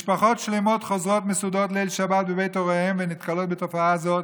משפחות שלמות חוזרות מסעודות ליל שבת בבית הוריהן ונתקלות בתופעה זו.